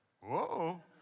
whoa